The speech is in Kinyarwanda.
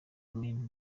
amin